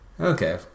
Okay